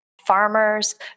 farmers